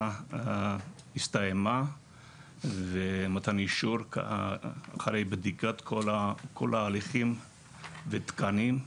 הסתיימה ומתן אישור אחרי בדיקת כל ההליכים והתקנים.